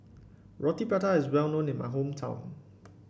Roti Prata is well known in my hometown